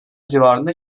civarında